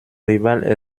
rival